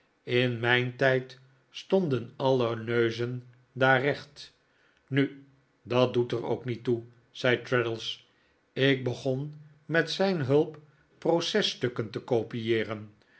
in mijn tijd stonden alle neuzen daar recht nu dat doet er ook niet toe zei traddles ik begon met zijn hulp processtukken te kopieeren